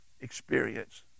experience